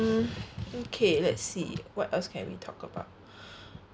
mm okay let's see what else can we talk about